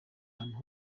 abantu